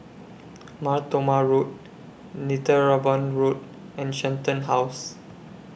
Mar Thoma Road Netheravon Road and Shenton House